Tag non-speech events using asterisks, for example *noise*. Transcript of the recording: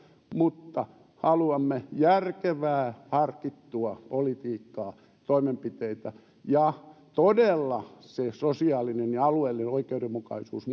mutta haluamme järkevää harkittua politiikkaa toimenpiteitä ja todella se sosiaalinen ja alueellinen oikeudenmukaisuus *unintelligible*